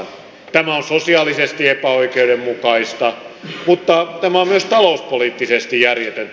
tämä on sosiaalisesti epäoikeudenmukaista mutta tämä on myös talouspoliittisesti järjetöntä